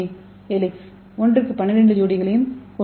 ஏ ஒரு ஹெலிக்ஸ் ஒன்றுக்கு 12 அடிப்படை ஜோடிகளையும் கொண்டுள்ளது